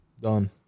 Done